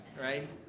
Right